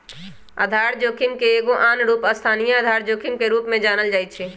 आधार जोखिम के एगो आन रूप स्थानीय आधार जोखिम के रूप में जानल जाइ छै